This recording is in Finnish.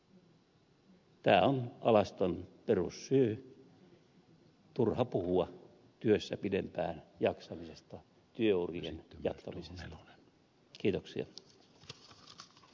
tämä on alaston perussyy turha puhua työssä pidempään jaksamisesta työurien jatkamisesta